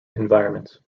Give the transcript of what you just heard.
environments